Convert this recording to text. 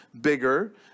bigger